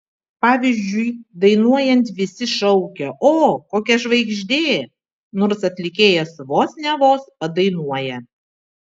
pavyzdžiui dainuojant visi šaukia o kokia žvaigždė nors atlikėjas vos ne vos padainuoja